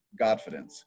Godfidence